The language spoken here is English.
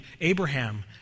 Abraham